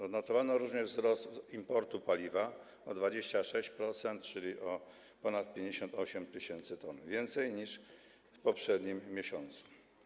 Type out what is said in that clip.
Odnotowano również wzrost importu paliwa o 26%, czyli o ponad 58 tys. t więcej niż w poprzednim miesiącu.